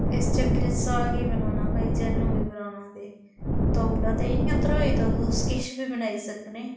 इस चक्करै च साग ही बनाना भाई जैल्लु बी बनाना ते तौला ते इ'यां ध्रोई ते तुस किश बी बनाई सकने